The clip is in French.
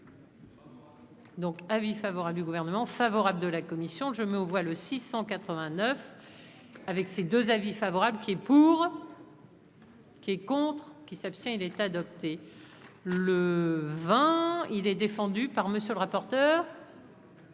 Donc, avis favorable du gouvernement favorable de la commission, je mets aux voix le 689 avec ses 2 avis favorable qui. Pour. Qui est contre qui s'abstient, il est adopté. Le vingt, il est défendu par monsieur le rapporteur.